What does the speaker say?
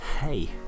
hey